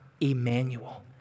Emmanuel